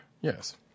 Yes